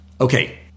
Okay